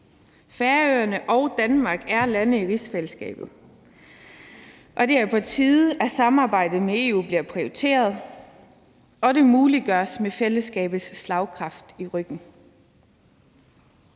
Færøerne og Danmark er lande i rigsfællesskabet, og det er på tide, at samarbejdet med EU bliver prioriteret, og det muliggøres med fællesskabets slagkraft i ryggen.